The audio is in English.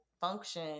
function